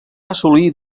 assolir